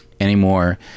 anymore